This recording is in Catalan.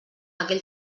aquell